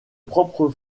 propre